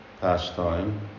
pastime